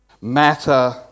matter